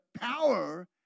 power